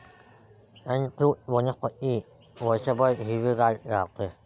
eggfruit वनस्पती वर्षभर हिरवेगार राहते